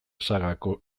sagako